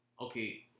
okay